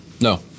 No